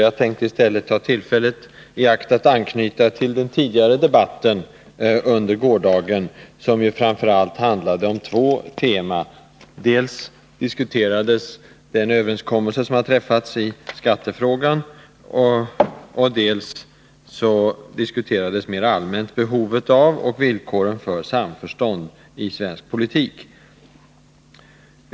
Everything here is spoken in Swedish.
Jag skallistället ta tillfället i akt att anknyta till den tidigare debatten under gårdagen som ju framför allt handlade om två teman — dels diskuterades den överenskommelse som har träffats i skattefrågan, dels diskuterades mera allmänt behovet av och villkoren för samförstånd i svensk politik.